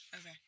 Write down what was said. Okay